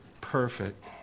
perfect